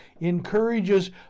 encourages